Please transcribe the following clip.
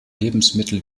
lebensmittel